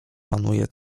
panuje